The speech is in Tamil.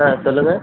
ஆ சொல்லுங்கள்